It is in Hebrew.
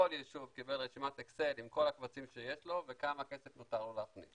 כל יישוב קיבל רשימת אקסל עם כל הקבצים שיש לו וכמה כסף מותר לו להכניס.